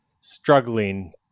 struggling